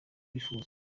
wifuza